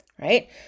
Right